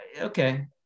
okay